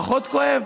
פחות כואב?